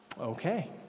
Okay